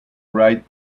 write